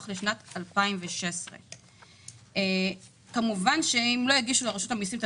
לשנת 2016. כמובן שאם לא יגישו לרשות המיסים את